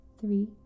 three